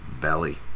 Belly